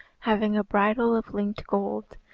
having a bridle of linked gold,